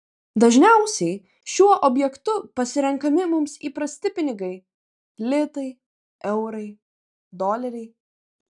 dažniausiai šiuo objektu pasirenkami mums įprasti pinigai litai eurai doleriai